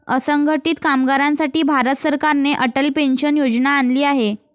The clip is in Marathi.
असंघटित कामगारांसाठी भारत सरकारने अटल पेन्शन योजना आणली आहे